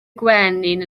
gwenyn